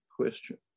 question